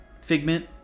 Figment